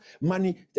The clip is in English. money